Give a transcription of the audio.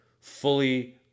fully